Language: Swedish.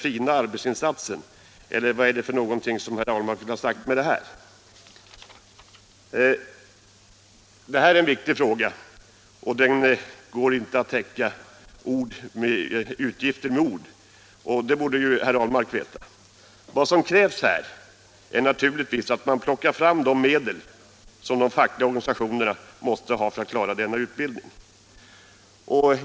Eller vad är det herr Ahlmark vill ha sagt med detta? Det här är en viktig fråga, och det går inte att täcka utgifter med politiken Arbetsmarknadspolitiken 92” ord — det borde herr Ahlmark veta. Vad som krävs är naturligtvis att man plockar fram de medel som de fackliga organisationerna måste ha för att klara utbildningen.